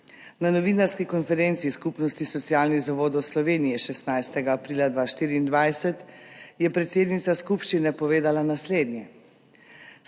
Na novinarski konferenci Skupnosti socialnih zavodov Slovenije 16. aprila 2024 je predsednica skupščine povedala naslednje: